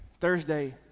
Thursday